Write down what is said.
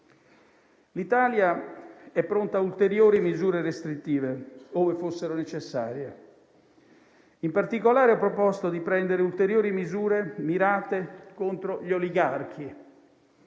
L'Italia è pronta ad ulteriori misure restrittive, ove fossero necessarie. In particolare ho proposto di prendere ulteriori misure mirate contro gli oligarchi.